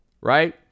Right